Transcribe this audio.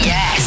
Yes